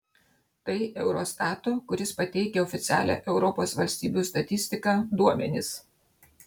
tai eurostato kuris pateikia oficialią europos valstybių statistiką duomenys